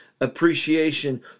appreciation